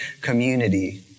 community